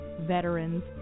veterans